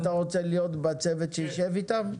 אתה רוצה להיות בצוות שיישב איתם?